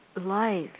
life